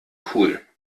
cool